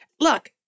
Look